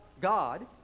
God